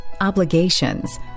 obligations